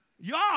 Y'all